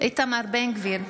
איתמר בן גביר,